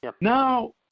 Now